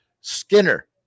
Skinner